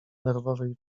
nerwowej